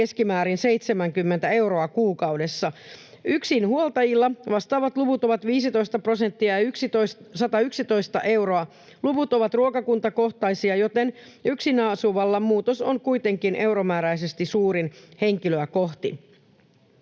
keskimäärin 70 euroa kuukaudessa. Yksinhuoltajilla vastaavat luvut ovat 15 prosenttia ja 111 euroa. Luvut ovat ruokakuntakohtaisia, joten yksin asuvalla muutos on kuitenkin euromääräisesti suurin henkilöä kohti.